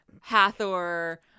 Hathor